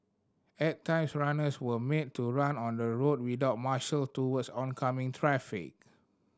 at times runners were made to run on the road without marshal towards oncoming traffic